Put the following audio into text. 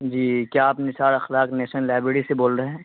جی کیا آپ Nisar Akhlaq national library سے بول رہے ہیں